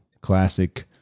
classic